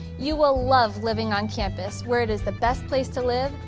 you will love living on campus, where it is the best place to live,